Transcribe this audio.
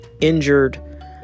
injured